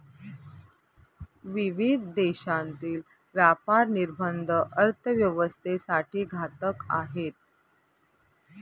विविध देशांतील व्यापार निर्बंध अर्थव्यवस्थेसाठी घातक आहेत